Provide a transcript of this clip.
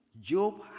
Job